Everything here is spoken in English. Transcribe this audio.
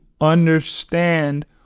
understand